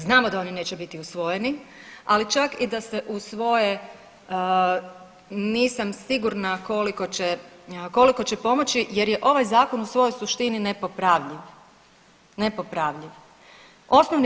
Znamo da oni neće biti usvojeni, ali čak i da se usvoje nisam sigurna koliko će pomoći jer je ovaj zakon u svojoj suštini nepopravljiv, nepopravljiv.